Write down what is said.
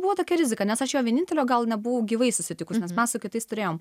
buvo tokia rizika nes aš jo vienintelio gal nebuvau gyvai susitikus nes mes su kitais turėjom